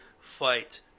fight